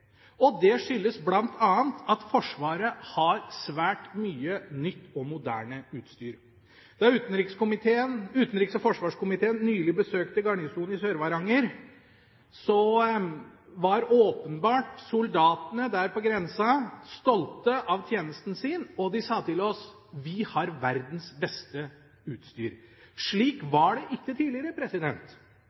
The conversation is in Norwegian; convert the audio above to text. Det skyldes bl.a. at Forsvaret har svært mye nytt og moderne utstyr. Da utenriks- og forsvarskomiteen nylig besøkte garnisonen i Sør-Varanger, var soldatene der på grensa åpenbart stolte av tjenesten sin, og de sa til oss: Vi har verdens beste utstyr. Slik var det ikke tidligere.